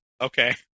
okay